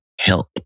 help